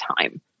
time